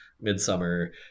Midsummer